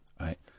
right